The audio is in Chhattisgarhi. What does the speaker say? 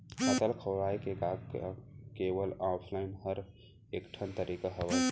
खाता खोलवाय के का केवल ऑफलाइन हर ऐकेठन तरीका हवय?